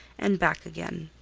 and back again.